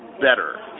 better